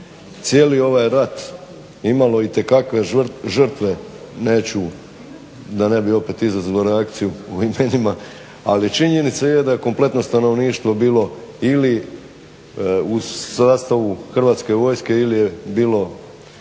cijeli ovaj rat imalo itekakve žrtve, neću da ne bi opet izazvalo reakciju o imenima ali činjenica je da je kompletno stanovništvo bilo ili u sastavu Hrvatske vojske ili je bilo